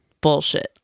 bullshit